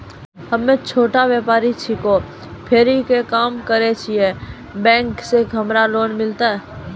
हम्मे छोटा व्यपारी छिकौं, फेरी के काम करे छियै, बैंक से हमरा लोन मिलतै?